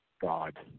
God